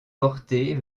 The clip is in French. porter